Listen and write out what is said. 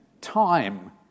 time